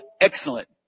excellent